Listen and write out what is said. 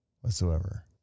whatsoever